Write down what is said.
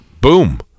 boom